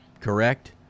correct